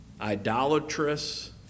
idolatrous